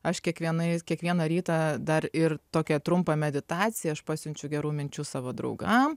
aš kiekvienais kiekvieną rytą dar ir tokią trumpą meditaciją aš pasiunčiu gerų minčių savo draugam